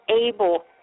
able